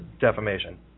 defamation